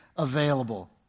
available